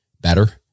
better